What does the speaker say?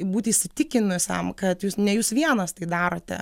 būti įsitikinusiam kad jūs ne jūs vienas tai darote